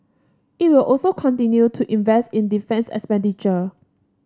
it will also continue to invest in defence expenditure